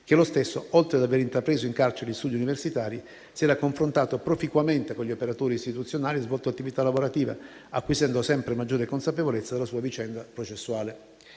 che lo stesso, oltre ad aver intrapreso in carcere gli studi universitari, si era confrontato proficuamente con gli operatori istituzionali e aveva svolto attività lavorativa, acquisendo sempre maggiore consapevolezza della sua vicenda processuale.